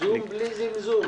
זום בלי זמזום.